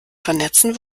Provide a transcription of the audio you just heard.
vernetzen